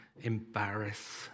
embarrass